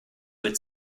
its